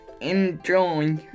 Enjoy